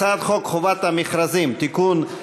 הצעת חוק חובת המכרזים (תיקון,